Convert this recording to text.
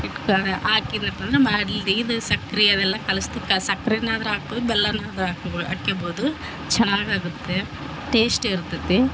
ಇಟ್ಕಾ ಆಕಿದ್ನೆಪ್ಪ ಅಂದ್ರೆ ಮಾಡ್ಲಿದೈದು ಸಕ್ಕರೆ ಅವೆಲ್ಲ ಕಳ್ಸ್ತಿಕ ಸಕ್ರಿನಾದರು ಹಾಕು ಬೆಲ್ಲಾನಾದ್ರು ಹಾಕೋಬೊ ಹಾಕ್ಯಬೋದು ಚೆನ್ನಾಗಿ ಆಗುತ್ತೆ ಟೇಸ್ಟಿ ಇರುತತೆ